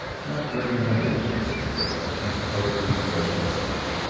not very memorable person, with a hemp-colored toothbrush mustache.